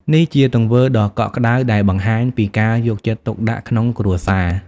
នេះជាទង្វើដ៏កក់ក្តៅដែលបង្ហាញពីការយកចិត្តទុកដាក់ក្នុងគ្រួសារ។